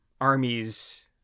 armies